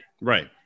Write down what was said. right